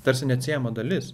tarsi neatsiejama dalis